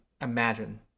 imagine